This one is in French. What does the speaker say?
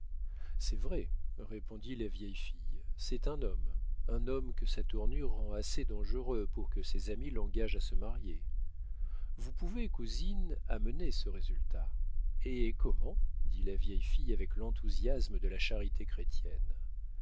c'est vrai répondit la vieille fille c'est un homme un homme que sa tournure rend assez dangereux pour que ses amis l'engagent à se marier vous pouvez cousine amener ce résultat hé comment dit la vieille fille avec l'enthousiasme de la charité chrétienne